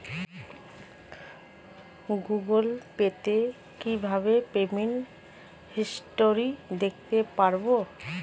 Google pay তে কিভাবে payment history দেখতে পারবো?